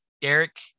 Derek